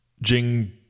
Jing